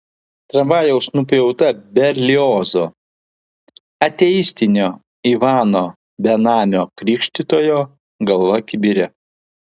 tramvajaus nupjauta berliozo ateistinio ivano benamio krikštytojo galva kibire